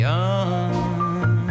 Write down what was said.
Young